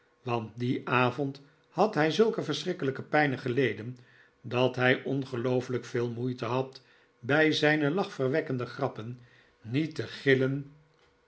want dien avond had hij zulke verschrikkelijke pijnen geleden dat hij ongeloofelijk veel moeite had bij zijne lachverwekkende grappen niet te gillen